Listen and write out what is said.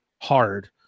hard